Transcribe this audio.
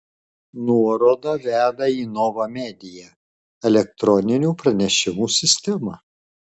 nuoroda veda į nova media elektroninių pranešimų sistemą